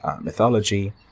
mythology